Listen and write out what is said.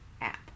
app